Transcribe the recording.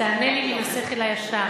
תענה לי מן השכל הישר.